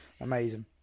amazing